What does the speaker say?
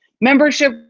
membership